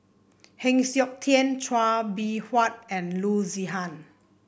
Heng Siok Tian Chua Beng Huat and Loo Zihan